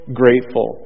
grateful